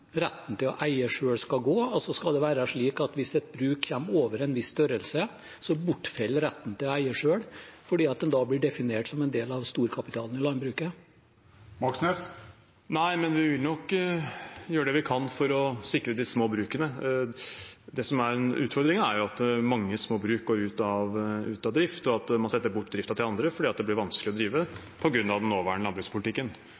retten til å eie selv skal gå? Skal det være slik at hvis et bruk kommer over en viss størrelse, bortfaller retten til å eie selv fordi det da blir definert som en del av storkapitalen i landbruket? Nei, men vi vil nok gjøre det vi kan for å sikre de små brukene. Det som er en utfordring, er at mange små bruk går ut av drift, og at man setter bort driften til andre fordi det blir vanskelig å